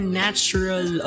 natural